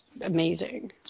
amazing